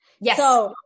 Yes